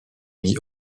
mis